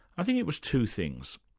i think it was two things.